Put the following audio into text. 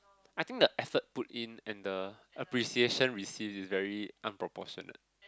I think the effort put in and the appreciation receive is very unproportionate